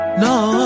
No